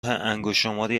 انگشتشماری